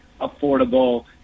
affordable